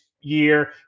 year